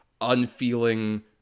unfeeling